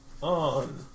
On